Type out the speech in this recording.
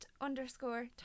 underscore